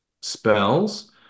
spells